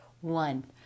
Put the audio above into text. one